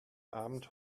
abend